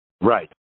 Right